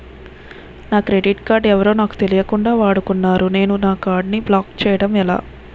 నా credit card ఎవరో నాకు తెలియకుండా వాడుకున్నారు నేను నా కార్డ్ ని బ్లాక్ చేయడం ఎలా?